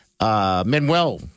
Manuel